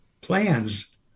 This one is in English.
plans